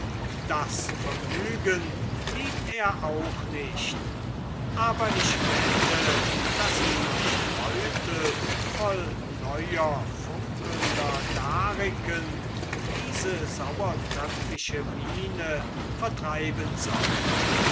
das vergnügen liebt er auch nicht aber ich wette daß ihm ein beutel voll neuer funkelnder dariken diese sauertöpfische miene vertreiben soll